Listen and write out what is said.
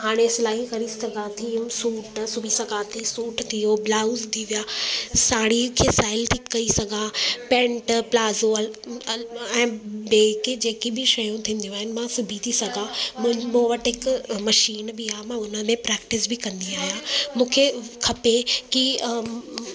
हाणे सिलाई करे सघां थी सूट सुभी सघां थी सूट थियो ब्लाउज थी विया साड़ी खे स्टाइल ठीकु करे सघां पैंट प्लाजो ऐं ॿिए के जेकी बि शयूं थींदियूं आहिनि मां सुबी थी सघां मूं वटि हिकु मशीन बि आहे मां उन में प्रैक्टिस बि कंदी आहियां मूंखे खपे की